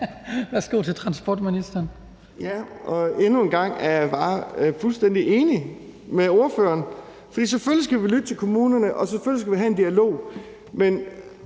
Kl. 18:20 Transportministeren (Thomas Danielsen): Endnu en gang er jeg bare fuldstændig enig med ordføreren, for selvfølgelig skal vi lytte til kommunerne, og selvfølgelig skal vi have en dialog,